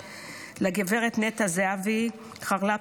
לגב' נטע זהבי-חרל"פ,